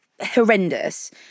horrendous